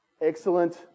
Excellent